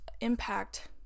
impact